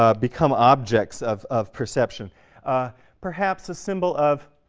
ah become objects of of perception perhaps a symbol of